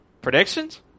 Predictions